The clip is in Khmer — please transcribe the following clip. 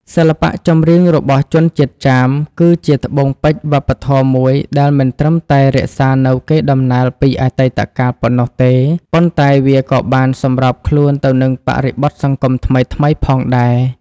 សិល្បៈចម្រៀងរបស់ជនជាតិចាមគឺជាត្បូងពេជ្រវប្បធម៌មួយដែលមិនត្រឹមតែរក្សានូវកេរដំណែលពីអតីតកាលប៉ុណ្ណោះទេ ប៉ុន្តែវាក៏បានសម្របខ្លួនទៅនឹងបរិបទសង្គមថ្មីៗផងដែរ។